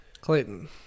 Clayton